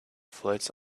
floats